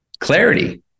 clarity